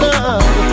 Love